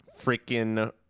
freaking